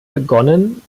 begonnen